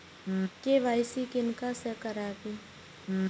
KYC किनका से कराबी?